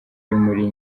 muri